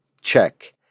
Check